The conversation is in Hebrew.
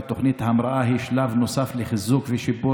ותוכנית ההמראה היא שלב נוסף לחיזוק ושיפור